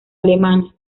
alemana